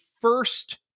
first